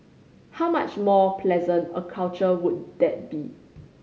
how much more pleasant a culture would that be